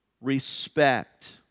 respect